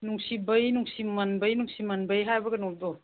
ꯅꯨꯡꯁꯤꯕꯩ ꯅꯨꯡꯁꯤꯃꯟꯕꯩ ꯅꯨꯡꯁꯤꯃꯟꯕꯩ ꯍꯥꯏꯕ ꯀꯩꯅꯣꯗꯣ